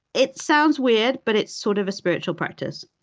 it sounds weird, but it's sort of a spiritual practice.